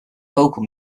vocal